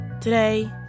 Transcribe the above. Today